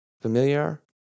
Familiar